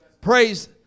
Praise